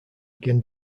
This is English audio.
again